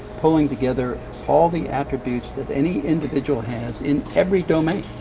pulling together all the attributes that any individual has in every domain,